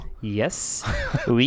Yes